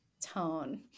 tone